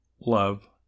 love